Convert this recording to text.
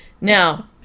Now